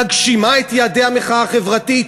מגשימה את יעדי המחאה החברתית,